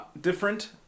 different